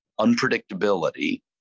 unpredictability